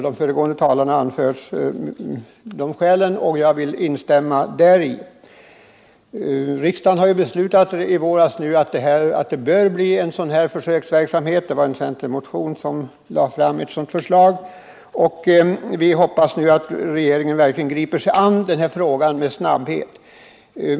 De föregående talarna har anfört skälen, och jag vill instämma däri. Riksdagen beslutade i våras på förslag i en centermotion att det skulle bli en försöksverksamhet, och vi hoppas nu att regeringen verkligen griper sig an frågan med snabbhet.